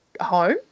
home